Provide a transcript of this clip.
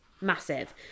massive